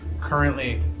currently